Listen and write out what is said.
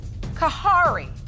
Kahari